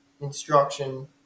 instruction